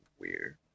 weird